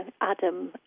Adam